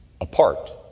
apart